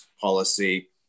policy